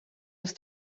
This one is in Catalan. les